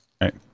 Right